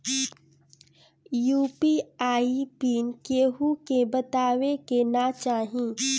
UPI PIN केहू के बतावे के ना चाही